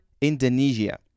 Indonesia